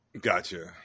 Gotcha